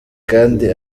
kandi